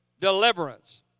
deliverance